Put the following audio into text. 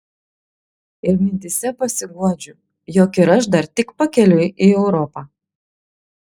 ir mintyse pasiguodžiu jog ir aš dar tik pakeliui į europą